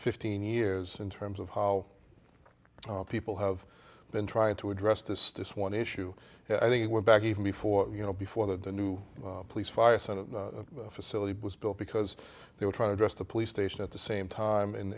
fifteen years in terms of how people have been trying to address this this one issue i think we're back even before you know before the new police fire facility was built because they were trying to address the police station at the same time